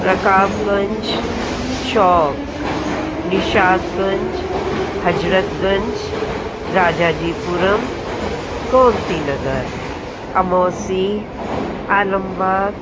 Rakabganj Chowk Nishatganj Hazratganj Rajajipuram Gomtinagar Amausi Alambagh